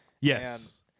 Yes